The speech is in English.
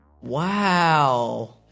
Wow